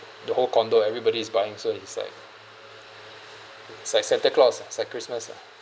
the whole condo everybody's buying so he's like sai~ santa claus ah sai~ christmas ah